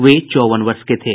वे चौवन वर्ष के थे